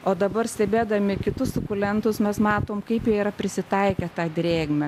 o dabar stebėdami kitus sukulentus mes matom kaip jie yra prisitaikę tą drėgmę